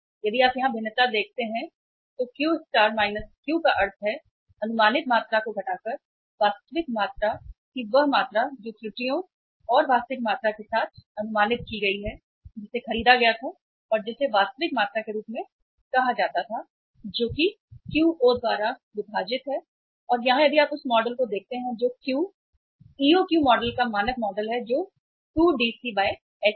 यदि आप यहाँ भिन्नता देखते हैं तो Q Q का अर्थ है अनुमानित मात्रा को घटाकर वास्तविक मात्रा कि वह मात्रा जो त्रुटियों और वास्तविक मात्रा के साथ अनुमानित की गई है जिसे खरीदा गया था और जिसे वास्तविक मात्रा के रूप में कहा जाता था जो कि QO द्वारा विभाजित है और यहाँ यदि आप उस मॉडल को देखते हैं जो Q EOQ मॉडल का मानक मॉडल है जो 2DC H है